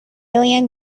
alien